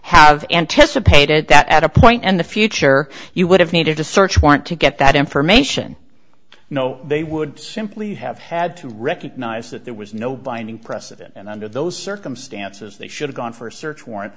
have anticipated that at a point in the future you would have needed a search warrant to get that information no they would simply have had to recognize that there was no binding precedent and under those circumstances they should've gone for a search warrant